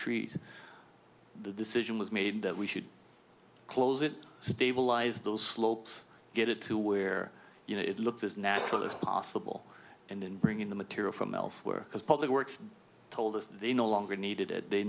trees the decision was made that we should close it stabilize those slopes get it to where you know it looked as natural as possible and then bring in the material from elsewhere because public works told us that they no longer needed it they